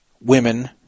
women